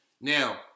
Now